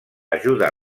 ajuda